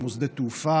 כמו שדות תעופה,